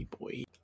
boy